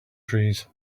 trees